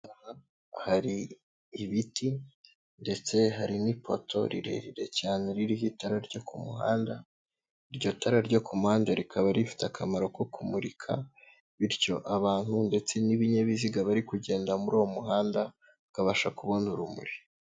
Aha hari ibiti ndetse hari n'ipoto rirerire cyane ririho itara ryo ku muhanda, iryo tara ryo ku muhanda rikaba rifite akamaro ko kumurika, bityo abantu ndetse n'ibinyabiziga bari kugenda muri uwo muhanda bikabasha kubona urumuri.